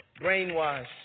Brainwash